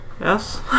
Yes